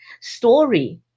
story